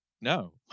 no